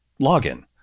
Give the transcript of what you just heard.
login